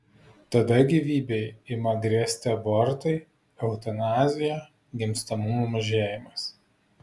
tada gyvybei ima grėsti abortai eutanazija gimstamumo mažėjimas